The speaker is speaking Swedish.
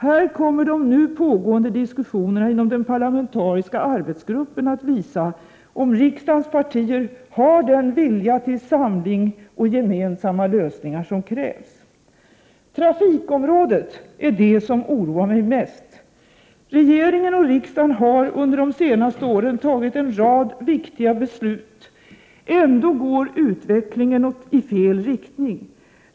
Här kommer de nu pågående diskussionerna inom den parlamentariska arbetsgruppen att visa om riksdagens partier har den vilja till samling och gemensamma lösningar som krävs. Trafikområdet är det som oroar mig mest. Regeringen och riksdagen har under de senaste åren fattat en rad viktiga beslut. Ändå går utvecklingen i fel riktning.